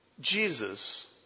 Jesus